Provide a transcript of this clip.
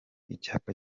icyapa